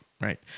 right